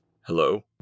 Hello